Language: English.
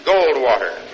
Goldwater